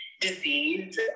disease